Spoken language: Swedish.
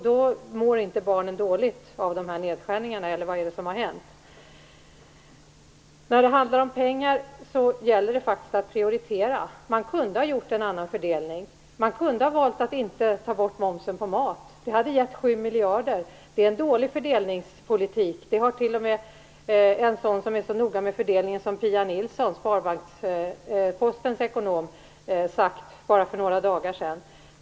Då mår inte barnen dåligt av de här nedskärningarna, eller vad är det som har hänt? När det handlar om pengar gäller det faktiskt att prioritera. Man kunde ha gjort en annan fördelning. Man kunde ha valt att inte ta bort momsen på mat. Det hade gett 7 miljarder. Det är en dålig fördelningspolitik, det har t.o.m. en sådan som är så noga med fördelningen som Pia Nilsson, Postens ekonom, sagt för bara några dagar sedan.